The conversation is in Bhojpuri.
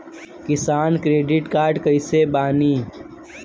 किसान क्रेडिट कार्ड कइसे बानी?